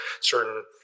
certain